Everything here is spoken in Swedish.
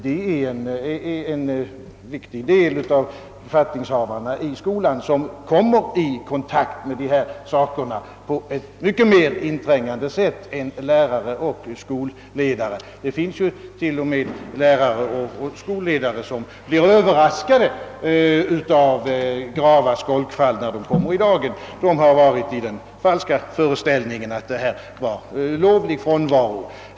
De är en viktig grupp av skolans befattningshavare och kommer i kontakt med dessa frågor på ett mycket mer inträngande sätt än lärare och skolledare. Det finns ju till och med lärare och skolledare som blir överraskade av grava skolkfall när sådana kommer i dagen — de har levat i den falska föreställningen att det var fråga om lovlig frånvaro.